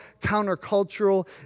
countercultural